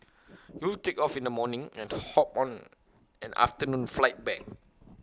you'll take off in the morning and hop on an afternoon flight back